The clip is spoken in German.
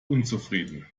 unzufrieden